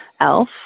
elf